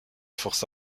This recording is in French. forces